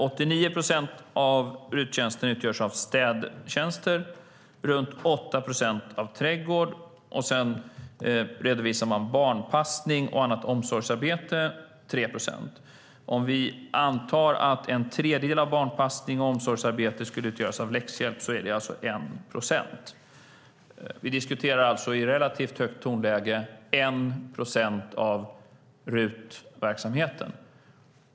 89 procent av RUT-tjänsterna utgörs av städtjänster, runt 8 procent av trädgårdstjänster och 3 procent av barnpassning och annat omsorgsarbete. Om vi antar att en tredjedel av barnpassning och omsorgsarbete skulle utgöras av läxhjälp är det alltså 1 procent. Vi diskuterar alltså i ett relativt högt tonläge 1 procent av RUT-verksamheten.